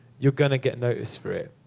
you're going to get noticed for it.